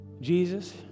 Jesus